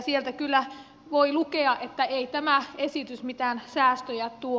sieltä kyllä voi lukea että ei tämä esitys mitään säästöjä tuo